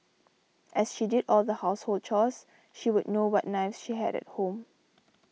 as she did all the household chores she would know what knives she had at home